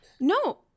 No